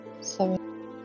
Seven